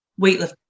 weightlifting